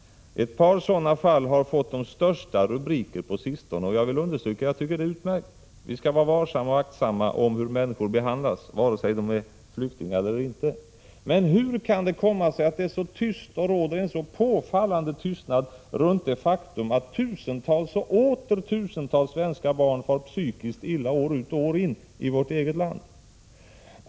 Ett par sådana fall har fått de största rubriker på sistone. Jag vill understryka att jag tycker det är utmärkt. Vi skall vara aktsamma om hur människor behandlas, vare sig de är flyktingar eller inte. Men hur kan det komma sig att det är så tyst och råder en så påfallande tystnad runt det faktum att tusentals och åter tusentals svenska barn far psykiskt illa år ut och år in?